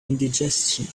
indigestion